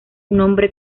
nombre